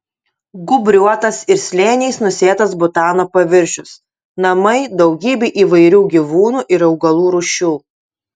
gūbriuotas ir slėniais nusėtas butano paviršius namai daugybei įvairių gyvūnų ir augalų rūšių